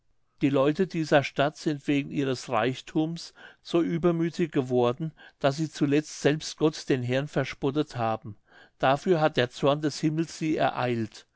die leute dieser stadt sind wegen ihres reichthums so übermüthig geworden daß sie zuletzt selbst gott den herrn verspottet haben dafür hat der zorn des himmels sie ereilt